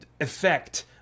effect